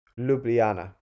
Ljubljana